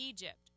Egypt